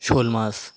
শোল মাছ